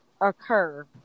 occur